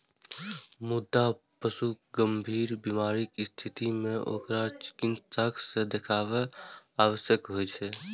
मुदा पशुक गंभीर बीमारीक स्थिति मे ओकरा चिकित्सक सं देखाएब आवश्यक होइ छै